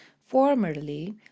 formerly